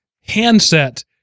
handset